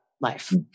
life